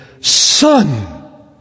Son